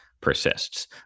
persists